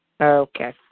Okay